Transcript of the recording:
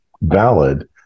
valid